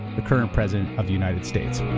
the current president of the united states.